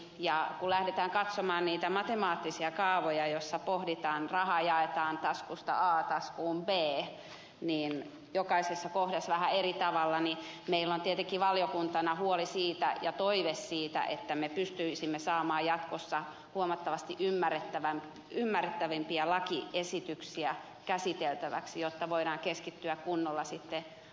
kun lähdetään katsomaan niitä matemaattisia kaavoja joilla rahaa jaetaan taskusta a taskuun b jokaisessa kohdassa vähän eri tavalla niin meillä on tietenkin valiokuntana huoli siitä ja toive siitä että me pystyisimme saamaan jatkossa huomattavasti ymmärrettävämpiä lakiesityksiä käsiteltäväksi jotta voidaan keskittyä kunnolla sitten